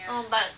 oh but